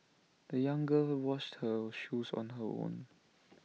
the young girl washed her shoes on her own